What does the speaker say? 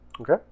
okay